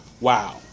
wow